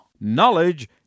Knowledge